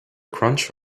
crunch